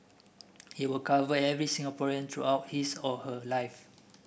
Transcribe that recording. it will cover every Singaporean throughout his or her life